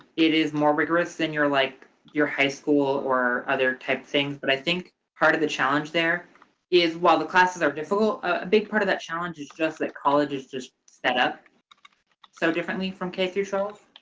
it is more rigorous than your, like, your high school or other type things. but i think part of the challenge there is while the classes are difficult, a big part of that challenge is just that college is just set up so differently from k twelve.